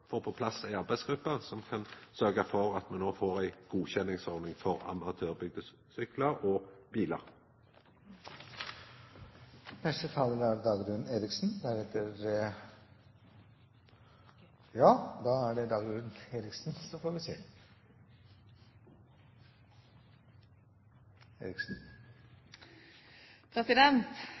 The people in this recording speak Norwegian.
får på plass ei arbeidsgruppe som kan sørgje for at me no får ei godkjenningsordning for amatørbygde syklar og bilar. Representanten Hallgeir H. Langeland har tatt opp det forslaget han refererte til. Jeg så at statsråden da hun så